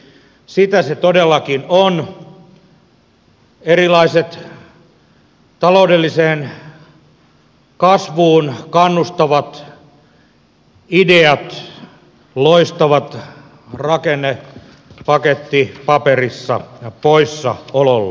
sitä se todellakin on erilaiset taloudelliseen kasvuun kannustavat ideat loistavat rakennepakettipaperissa poissaolollaan